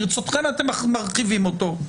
ברצותכם אתם מרחיבים אותו.